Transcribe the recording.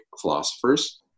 philosophers